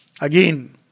Again